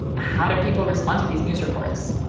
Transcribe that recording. how do people respond to these news reports?